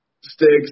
sticks